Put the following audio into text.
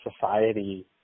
society